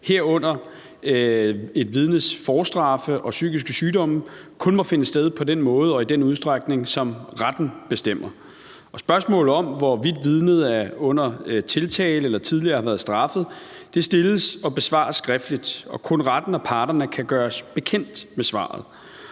herunder et vidnes forstraffe og psykiske sygdomme, kun må finde sted på den måde og i den udstrækning, som retten bestemmer. Spørgsmål om, hvorvidt vidnet er under tiltale eller tidligere har været straffet, stilles og besvares skriftligt. Kun retten og parterne kan gøres bekendt med svaret.